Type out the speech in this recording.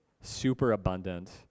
superabundant